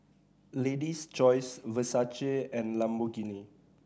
Lady's Choice Versace and Lamborghini